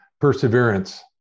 perseverance